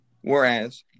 Whereas